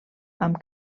amb